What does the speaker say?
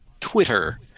Twitter